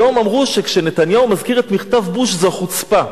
היום אמרו שכשנתניהו מזכיר את מכתב בוש זו חוצפה,